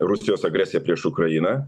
rusijos agresiją prieš ukrainą